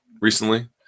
recently